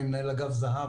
מנהל אגף זה"ב,